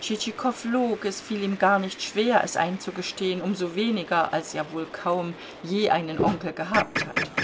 tschitschikow log es fiel ihm gar nicht schwer es einzugestehen um so weniger als er wohl kaum je einen onkel gehabt hat